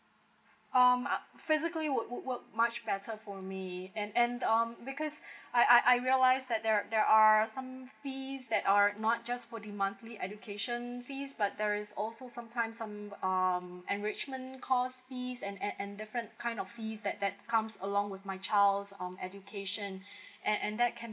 um uh physically would work much better for me and and um because I I realise that there are some fees that are not just for the monthly education fees but there is also sometimes some um enrichment course fees and and different kind of fees that that comes along with my child's um education and that can